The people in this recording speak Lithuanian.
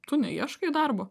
tu neieškai darbo